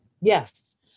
Yes